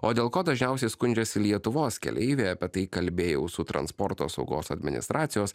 o dėl ko dažniausiai skundžiasi lietuvos keleiviai apie tai kalbėjau su transporto saugos administracijos